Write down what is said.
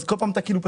אז כל פעם אתה זורק.